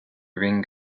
ring